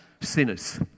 sinners